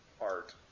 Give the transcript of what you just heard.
art